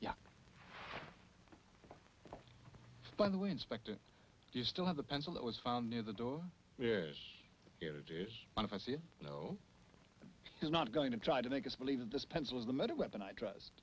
yeah by the way inspector you still have the pencil that was found near the door yes it is and if i see no he's not going to try to make us believe in this pencil is the metal weapon i trust